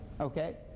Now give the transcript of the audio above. Okay